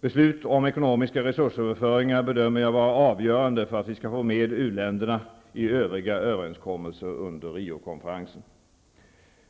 Beslut om ekonomiska resursöverföringar bedömer jag vara avgörande för att vi skall få med u-länderna i övriga överenskommelser under Riokonferensen.